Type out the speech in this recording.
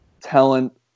talent